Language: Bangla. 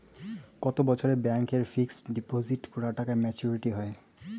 কত বছরে ব্যাংক এ ফিক্সড ডিপোজিট করা টাকা মেচুউরিটি হয়?